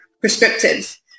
prescriptive